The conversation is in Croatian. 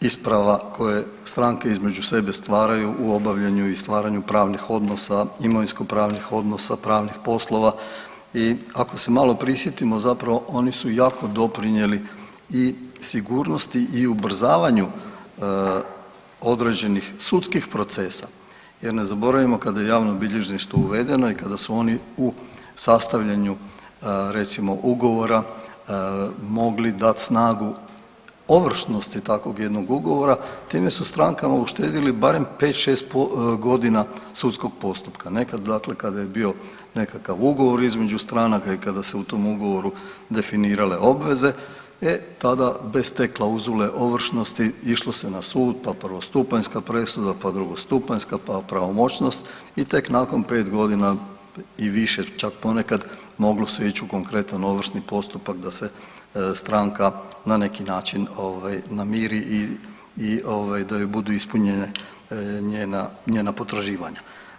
isprava koje stranke između sebe stvaraju u obavljanju i stvaranju pravnih odnosa, imovinskopravnih odnosa, pravnih poslova i ako se malo prisjetimo zapravo oni su jako doprinjeli i sigurnosti i ubrzavanju određenih sudskih procesa jer ne zaboravimo kada je javno bilježništvo uvedeno i kada su oni u sastavljanju recimo ugovora mogli dat snagu ovršnosti takvog jednog ugovora time su strankama uštedili barem 5-6.g. sudskog postupka, nekad dakle kada je bio nekakav ugovor između stranaka i kada se u tom ugovoru definirale obveze e tada bez te klauzule ovršnosti išlo se na sud, pa prvostupanjska presuda, pa drugostupanjska, pa pravomoćnost i tek nakon 5.g. i više čak ponekad moglo se ić u konkretan ovršni postupak da se stranka na neki način ovaj namiri i ovaj da joj budu ispunjena njena, njena potraživanja.